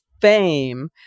FAME